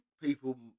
people